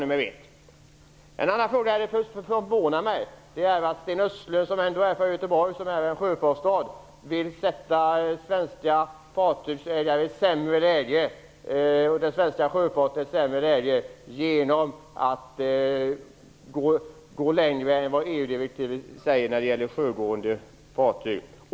Det förvånar mig vidare att Sten Östlund, som är från sjöfartsstaden Göteborg, vill försätta svenska fartygsägare och svensk sjöfart i ett sämre läge genom att gå längre än vad EU-direktivet föreskriver för sjögående fartyg.